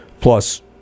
Plus